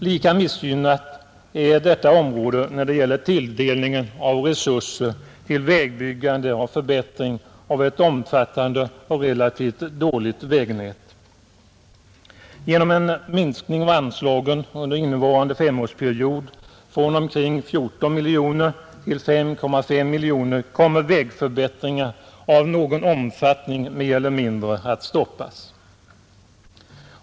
Lika missgynnat är detta område när det gäller tilldelningen av resurser till vägbyggande och förbättring av ett omfattande och relativt dåligt vägnät. Genom en minskning av anslagen under innevarande femårsperiod från ca 14 miljoner till 5,5 miljoner kommer vägförbättringar av någon omfattning mer eller mindre att stoppas.